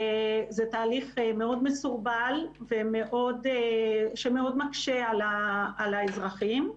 וזה תהליך מאוד מסורבל שמאוד מקשה על האזרחים.